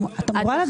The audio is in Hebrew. את אמורה לדעת את זה.